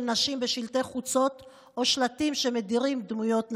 נשים על שלטי חוצות או שלטים שמדירים דמויות נשים.